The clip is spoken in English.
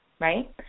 right